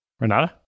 Renata